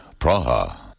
Praha